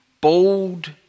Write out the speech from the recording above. bold